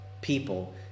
people